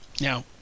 Now